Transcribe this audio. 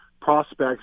prospects